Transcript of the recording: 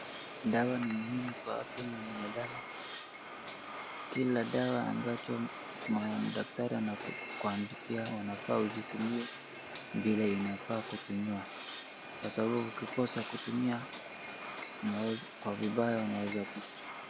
Dawa ni muhimu kwa afya ya mwanadamu. Kila dawa ambacho mwana daktari anakwandikia unafaa uitumie, vile inafaa kutumiwa. Kwa sababu ukiosa kutumia, unaweza, kwa vibaya unaweza...